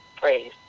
praise